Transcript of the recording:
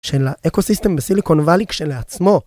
של האקוסיסטם בסיליקון וואלי כשלעצמו